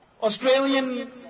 Australian